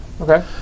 Okay